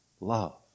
love